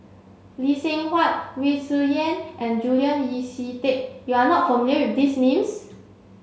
Lee Seng Huat Wu Tsai Yen and Julian Yeo See Teck you are not familiar with these names